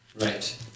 Right